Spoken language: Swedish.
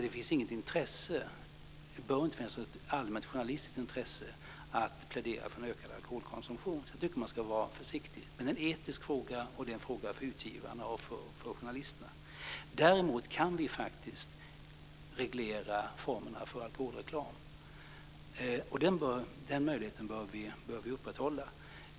Det finns inget intresse, inte ens ett allmänt journalistiskt intresse, att plädera för en ökad alkoholkonsumtion. Jag tycker att man ska vara försiktig. Det är en etisk fråga och en fråga för utgivarna och för journalisterna. Däremot kan vi faktiskt reglera formerna för alkoholreklam. Den möjligheten bör vi upprätthålla.